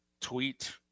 tweet